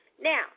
Now